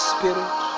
Spirit